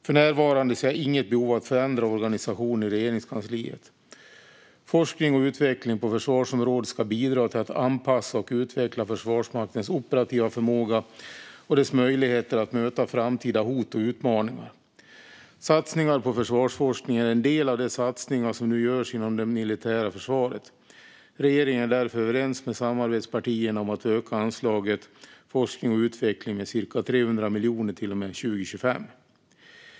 För närvarande ser jag inget behov av att förändra organisationen inom Regeringskansliet. Forskning och utveckling på försvarsområdet ska bidra till att anpassa och utveckla Försvarsmaktens operativa förmåga och dess möjligheter att möta framtida hot och utmaningar. Satsningar på försvarsforskningen är en del av de satsningar som nu görs inom det militära försvaret. Regeringen är därför överens med samarbetspartierna om att öka anslaget Forskning och utveckling med cirka 300 miljoner till och med 2025.